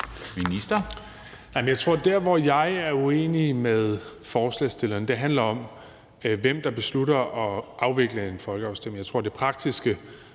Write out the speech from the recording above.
Jeg tror, at der, hvor jeg er uenig med forslagsstillerne, er, med hensyn til hvem der beslutter at afvikle en folkeafstemning. Jeg tror såmænd